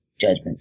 judgment